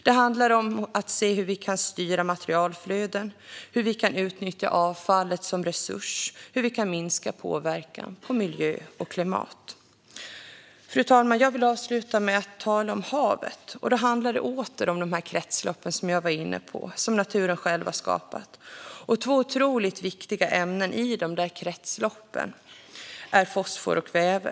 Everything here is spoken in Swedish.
Det handlar om att se hur vi kan styra materialflöden, hur vi kan utnyttja avfallet som en resurs och hur vi kan minska påverkan på miljö och klimat. Fru talman! Jag vill avsluta med att tala om havet. Då handlar det åter om de kretslopp som jag var inne på och som naturen själv har skapat. Två otroligt viktiga ämnen i kretsloppen är fosfor och kväve.